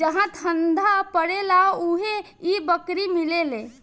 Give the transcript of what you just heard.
जहा ठंडा परेला उहे इ बकरी मिलेले